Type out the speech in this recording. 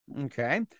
Okay